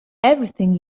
everything